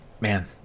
man